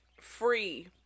free